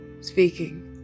speaking